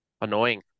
annoying